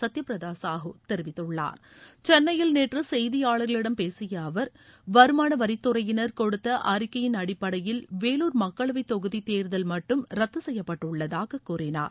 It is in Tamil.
சத்யபிரத சாஹூ தெரிவித்துள்ளார் சென்னையில் நேற்று செய்தியாளர்களிடம் பேசிய அவர் வருமான வரித்துறையினர் கொடுத்த அறிக்கையின் அடிப்படையில் வேலூர் மக்களவைத் தொகுதி தேர்தல் மட்டும் ரத்து செய்யப்பட்டுள்ளதாக கூறினார்